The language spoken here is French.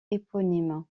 éponyme